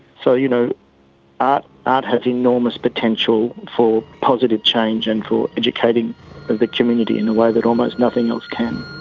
so you know art art has enormous potential for positive change and for educating the community in a way that almost nothing else can.